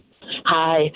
Hi